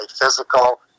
physical